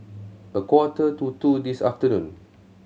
a quarter to two this afternoon